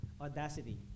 audacity